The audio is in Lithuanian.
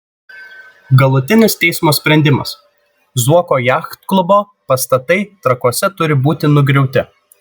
galutinis teismo sprendimas zuoko jachtklubo pastatai trakuose turi būti nugriauti